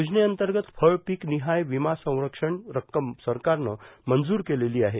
योजनेतंर्गत फळपिक निहाय विमा संरक्षण रक्कम सरकारनं मंजूर केलेली आहे